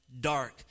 dark